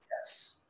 Yes